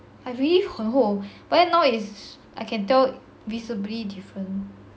I believe 很厚 but then now is I can tell visibly different